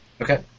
Okay